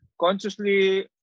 consciously